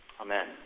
Amen